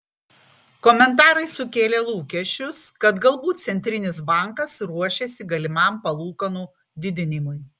komentarai sukėlė lūkesčius kad galbūt centrinis bankas ruošiasi galimam palūkanų didinimui